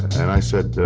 and i said,